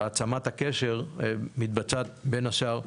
העצמת הקשר מתבצעת בין השאר באמצעותם.